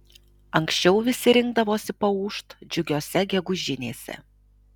anksčiau visi rinkdavosi paūžt džiugiose gegužinėse